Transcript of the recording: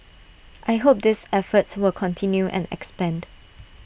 I hope these efforts will continue and expand